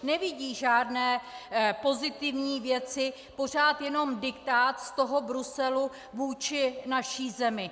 Nevidí žádné pozitivní věci, pořád jenom diktát z toho Bruselu vůči naší zemi.